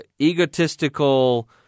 egotistical